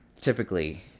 Typically